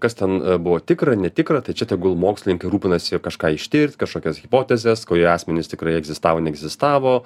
kas ten buvo tikra netikra tai čia tegul mokslininkai rūpinasi kažką ištirti kažkokias hipotezes kurie asmenys tikrai egzistavo neegzistavo